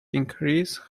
increase